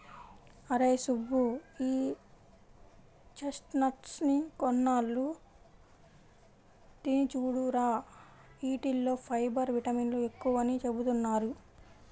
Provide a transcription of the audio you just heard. అరేయ్ సుబ్బు, ఈ చెస్ట్నట్స్ ని కొన్నాళ్ళు తిని చూడురా, యీటిల్లో ఫైబర్, విటమిన్లు ఎక్కువని చెబుతున్నారు